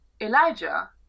elijah